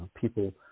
people